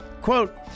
quote